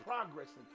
progressing